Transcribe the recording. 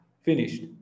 finished